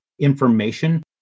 information